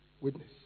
Witness